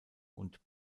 und